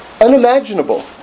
unimaginable